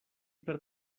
per